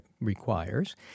requires